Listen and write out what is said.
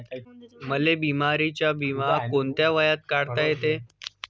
मले बिमारीचा बिमा कोंत्या वयात काढता येते?